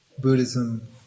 Buddhism